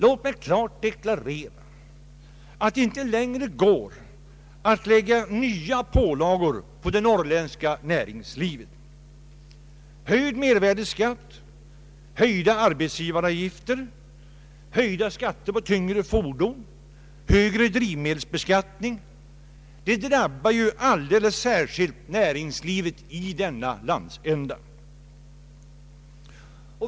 Låt mig klart deklarera att det inte längre går att lägga nya pålagor på det norrländska näringslivet. Höjd mervärdeskatt, höjda arbetsgivaravgifter, höjda skatter på tyngre fordon, höjd driv medelsbeskattning drabbar ju alldeles särskilt näringslivet i denna landsända.